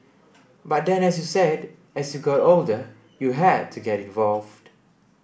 but then as you said as you got older you had to get involved